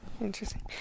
Interesting